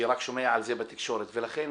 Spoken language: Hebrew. שרק שומע על זה בתקשורת, ולכן